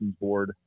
board